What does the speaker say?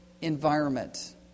environment